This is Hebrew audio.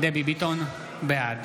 דבי ביטון, בעד